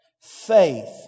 Faith